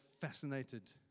fascinated